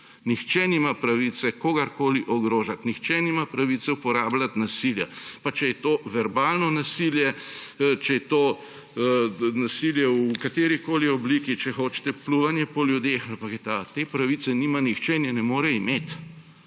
Nihče nima pravice kogarkoli ogrožati, nihče nima pravice uporabljati nasilja, pa če je to verbalno nasilje, če je to nasilje v katerikoli obliki, če hočete, pljuvanje po ljudeh ali pa … Te pravice nima nihče in je ne more imeti